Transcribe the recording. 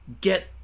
Get